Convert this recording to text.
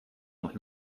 noch